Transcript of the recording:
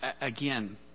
Again